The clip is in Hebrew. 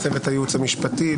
לצוות הייעוץ המשפטי,